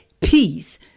peace